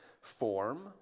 form